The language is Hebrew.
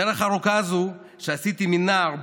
הדרך הארוכה הזאת שעשיתי מנער,